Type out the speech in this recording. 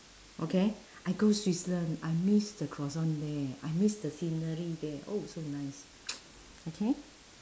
okay I go switzerland I miss the croissant there I miss the scenery there oh so nice okay